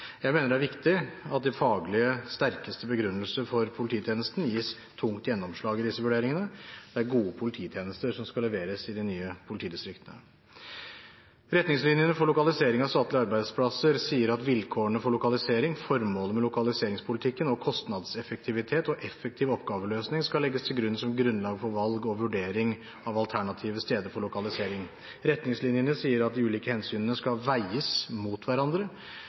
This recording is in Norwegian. Jeg mener det er viktig at de faglig sterkeste begrunnelsene for polititjenestene gis tungt gjennomslag i disse vurderingene. Det er gode polititjenester som skal leveres i de nye politidistriktene. Retningslinjene for lokalisering av statlige arbeidsplasser sier at vilkårene for lokalisering, formålet med lokaliseringspolitikken og kostnadseffektivitet og effektiv oppgaveløsning skal legges til grunn som grunnlag for valg og vurdering av alternative steder for lokalisering. Retningslinjene sier at de ulike hensynene skal veies mot hverandre,